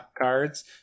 cards